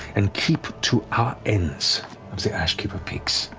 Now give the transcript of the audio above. and keep to our ends of the ashkeeper peaks,